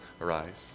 arise